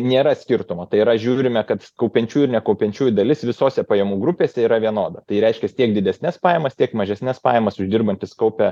nėra skirtumo tai yra žiūrime kad kaupiančių ir nekaupiančiųjų dalis visose pajamų grupėse yra vienoda tai reiškia tiek didesnes pajamas tiek mažesnes pajamas uždirbantys kaupia